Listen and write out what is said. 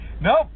nope